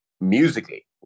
musically